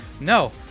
no